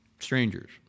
Strangers